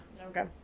Okay